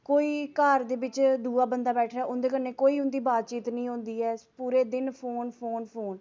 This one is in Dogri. कोई घार दे बिच्च दूआ बंदा बैठे दा उं'दे कन्नै कोई उं'दी बातचीत निं होंदी ऐ पूरे दिन फोन फोन फोन